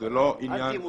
אל תהיה מודאגת.